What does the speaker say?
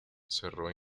cerró